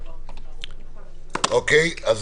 בדיוק, מאיר כהן לא אישר לנו.